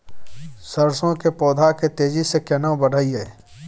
सरसो के पौधा के तेजी से केना बढईये?